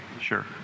Sure